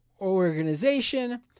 Organization